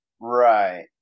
Right